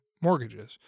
mortgages